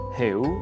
hiểu